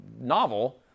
novel